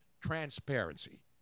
transparency